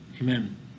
Amen